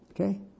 Okay